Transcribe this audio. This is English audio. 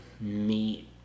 meat